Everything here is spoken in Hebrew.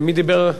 מי דיבר?